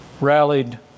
rallied